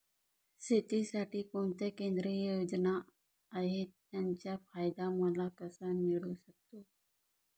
शेतीसाठी कोणत्या केंद्रिय योजना आहेत, त्याचा फायदा मला कसा मिळू शकतो?